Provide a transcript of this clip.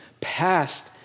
past